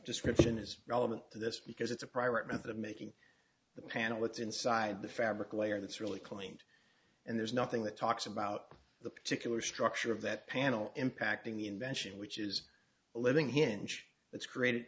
description is relevant to this because it's a private method of making the panel what's inside the fabric layer that's really cleaned and there's nothing that talks about the particular structure of that panel impacting the invention which is a living hinge that's created